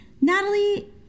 Natalie